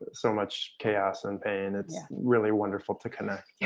so much chaos and pain. it's really wonderful to connect yeah